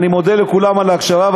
אני מודה לכולם על ההקשבה,